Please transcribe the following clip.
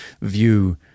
view